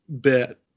bit